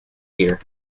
here